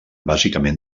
bàsicament